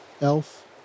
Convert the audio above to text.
elf